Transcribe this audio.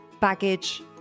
baggage